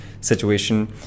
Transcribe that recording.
situation